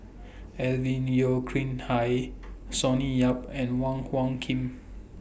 Alvin Yeo Khirn Hai Sonny Yap and Wong Hung Khim